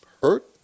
hurt